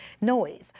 noise